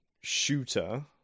shooter